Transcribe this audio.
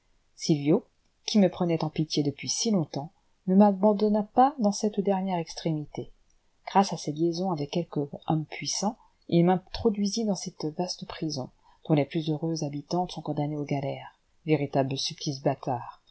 sylvio qui me prenait en pitié depuis si longtemps ne m'abandonna pas dans cette dernière extrémité grâce à ses liaisons avec quelques hommes puissants il m'introduisit dans cette vaste prison dont les plus heureuses habitantes sont condamnées aux galères véritable supplice bâtard